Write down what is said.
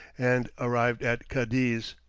and arrived at cadiz,